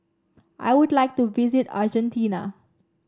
I would like to visit Argentina